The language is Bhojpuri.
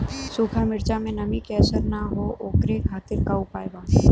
सूखा मिर्चा में नमी के असर न हो ओकरे खातीर का उपाय बा?